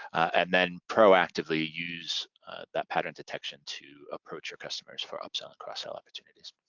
and then proactively use that pattern detection to approach your customers for upsell and cross-sell opportunities.